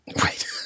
Right